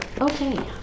Okay